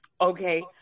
Okay